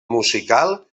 musical